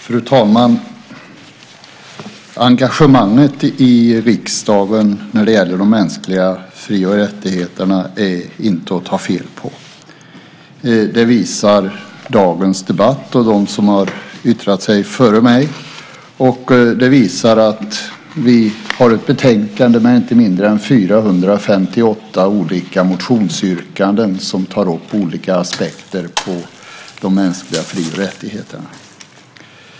Fru talman! Engagemanget i riksdagen när det gäller de mänskliga fri och rättigheterna är inte att ta fel på. Det visar dagens debatt och de som har yttrat sig före mig. Det visar det betänkande vi har med inte mindre än 458 olika motionsyrkanden som tar upp olika aspekter på de mänskliga fri och rättigheterna.